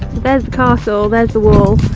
there's the castle, there's the wall.